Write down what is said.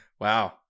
Wow